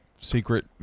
secret